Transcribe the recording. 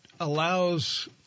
allows